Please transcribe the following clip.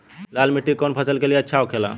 लाल मिट्टी कौन फसल के लिए अच्छा होखे ला?